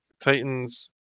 titans